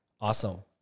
Awesome